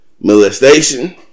molestation